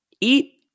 eat